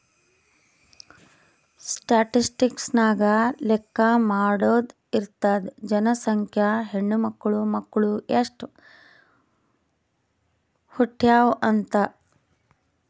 statistics ನಾಗ್ ಲೆಕ್ಕಾ ಮಾಡಾದು ಇರ್ತುದ್ ಜನಸಂಖ್ಯೆ, ಹೆಣ್ಮಕ್ಳು, ಮಕ್ಕುಳ್ ಎಸ್ಟ್ ಹುಟ್ಯಾವ್ ಅಂತ್